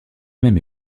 même